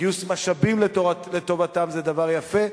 גיוס משאבים לטובתם זה דבר יפה,